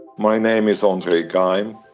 my name is andre geim,